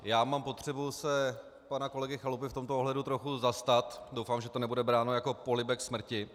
Já mám potřebu se pana kolegy Chalupy v tomto ohledu trochu zastat, doufám, že to nebude bráno jako polibek smrti.